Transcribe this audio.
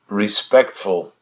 respectful